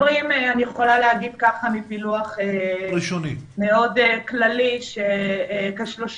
מפילוח מאוד כללי אני יכולה לומר שכ-30